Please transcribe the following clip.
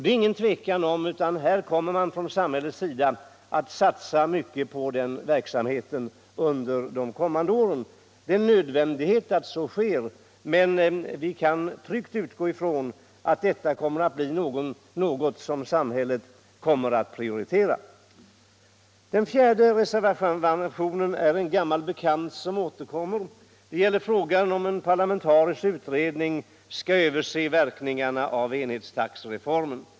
Det är inget tvivel om att man från samhällets sida kommer att satsa mycket på den verk samheten under de kommande åren. Det är en nödvändighet att så sker. Vi kan tryggt utgå från att detta kommer att bli något som samhället kommer att prioritera. Den fjärde reservationen är en gammal bekant som återkommer. Den gä!ler frågan, om en parlamentarisk utredning skall överse verkningarna av enhetstaxereformen.